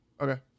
okay